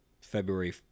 February